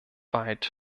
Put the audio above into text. weit